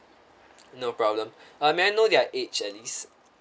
no problem uh may I know their age at least